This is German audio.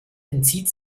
entzieht